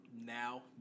now